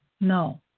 No